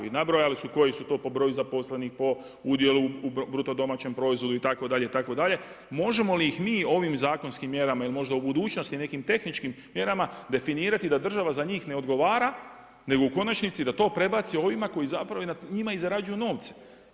I nabrojali su koji su to po broju zaposlenih, po udjelu BDP-u itd. možemo li ih mi ovim zakonskim mjerama ili možda u budućnosti nekim tehničkim mjerama definirati da država za njih ne odgovara, nego u konačnici to prebaci onima koji zapravo na njima zarađuju novce.